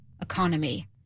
economy